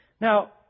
Now